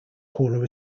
corner